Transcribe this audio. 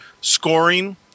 scoring